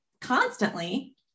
constantly